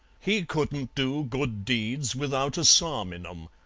he couldn't do good deeds without a psalm in em,